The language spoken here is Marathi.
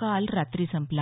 काल रात्री संपला